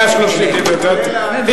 130,000, כולל הקרוונים.